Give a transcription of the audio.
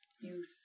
youth